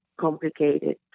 complicated